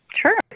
Sure